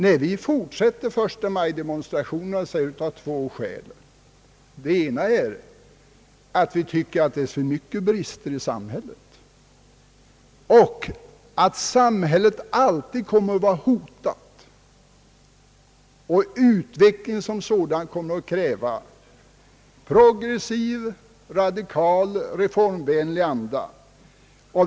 När vi fortsätter 1 maj-demonstrationerna, är det av två skäl. Vi tycker att det finns för många brister i samhället och att en god samhällsordning alltid kommer att vara hotad. Utvecklingen kommer att kräva progressiv, radikal och reformvänlig anda.